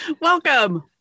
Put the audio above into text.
Welcome